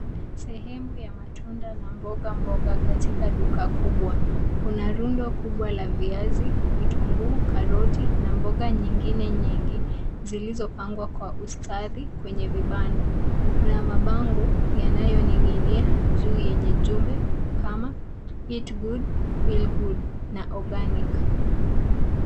Sehemu ya matunda na mboga mboga katika duka kubwa. Kuna rundo kubwa la viazi, vitunguu, karoti na mboga nyingine nyingi, zilizopangwa kwa ustadi, kwenye vibanda. Kuna mabango yanayoning'inia juu yenye jumbe kama eat good feel good na organic .